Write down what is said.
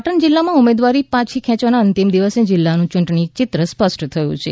પાટણ જિલ્લામાં ઉમેદવારી પાછી ખેંચવાના અંતિમ દિવસે જિલ્લાનું ચૂંટણી ચિત્ર સ્પષ્ટ થયું હતું